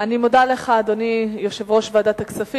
אני מודה לך, אדוני יושב-ראש ועדת הכספים.